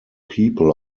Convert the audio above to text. people